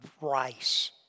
rice